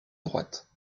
droite